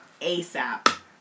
ASAP